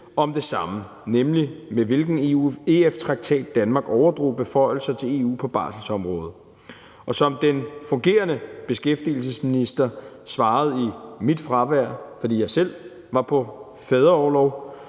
om det samme, nemlig om, med hvilken EF-traktat Danmark overdrog beføjelser til EU på barselsområdet. Som den fungerende beskæftigelsesminister svarede i mit fravær, fordi jeg selv var på fædreorlov,